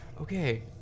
Okay